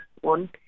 one